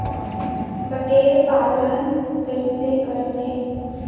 बटेर पालन कइसे करथे?